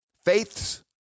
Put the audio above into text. faiths